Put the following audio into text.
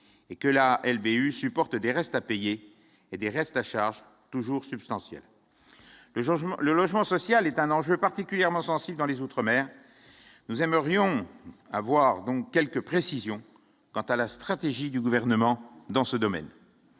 et que la elle BU supporte des reste à payer et des restes à charge toujours substantielle le changement, le logement social est un enjeu particulièrement sensible en les outre-mer nous aimerions avoir donc quelques précisions quant à la stratégie du gouvernement dans ce domaine,